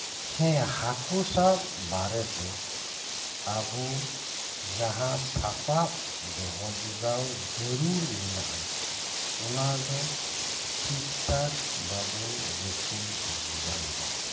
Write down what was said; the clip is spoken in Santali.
ᱦᱮᱸ ᱦᱟᱠᱩ ᱥᱟᱵ ᱵᱟᱨᱮᱛᱮ ᱟᱵᱚ ᱡᱟᱦᱟᱸ ᱥᱟᱯᱟᱵ ᱫᱚᱦᱚᱡᱚᱜᱟᱣ ᱡᱟᱹᱨᱩᱲ ᱢᱮᱱᱟᱜᱼᱟ ᱚᱱᱟ ᱫᱚ ᱴᱷᱤᱠ ᱴᱷᱟᱠ ᱵᱟᱵᱚᱱ ᱨᱟᱹᱠᱷᱤ ᱡᱚᱜᱟᱣ ᱮᱫᱟ